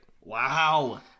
Wow